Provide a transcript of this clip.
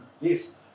Yes